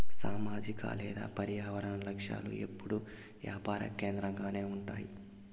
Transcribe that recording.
సామాజిక లేదా పర్యావరన లక్ష్యాలు ఎప్పుడూ యాపార కేంద్రకంగానే ఉంటాయి